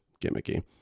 gimmicky